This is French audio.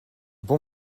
bons